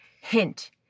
Hint